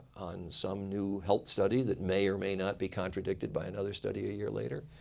some new health study that may or may not be contradicted by another study a year later?